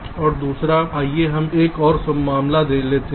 तो दूसरा उदाहरण आइए हम एक और मामला लेते हैं